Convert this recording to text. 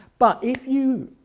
but if you,